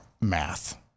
math